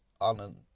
on